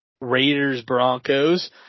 Raiders-Broncos